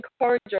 encourage